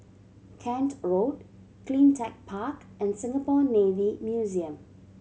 Kent Road Cleantech Park and Singapore Navy Museum